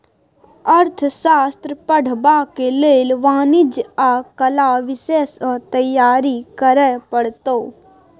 अर्थशास्त्र पढ़बाक लेल वाणिज्य आ कला विषय सँ तैयारी करय पड़तौ